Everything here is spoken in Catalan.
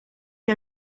que